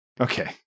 Okay